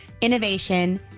innovation